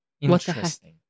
Interesting